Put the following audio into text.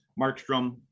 Markstrom